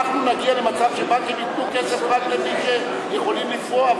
אנחנו נגיע למצב שבנקים ייתנו כסף רק למי שיכולים לפרוע,